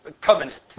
covenant